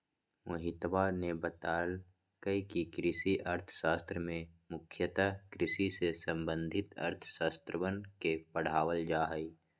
मोहितवा ने बतल कई कि कृषि अर्थशास्त्र में मुख्यतः कृषि से संबंधित अर्थशास्त्रवन के पढ़ावल जाहई